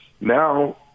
Now